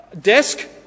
desk